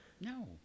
No